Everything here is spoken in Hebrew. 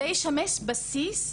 זה ישמש בסיס.